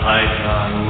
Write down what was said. Python